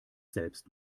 selbst